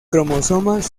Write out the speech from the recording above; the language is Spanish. cromosomas